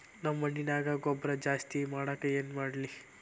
ನಮ್ಮ ಮಣ್ಣಿನ್ಯಾಗ ಗೊಬ್ರಾ ಜಾಸ್ತಿ ಮಾಡಾಕ ಏನ್ ಮಾಡ್ಲಿ?